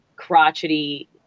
Crotchety